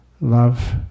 love